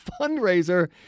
fundraiser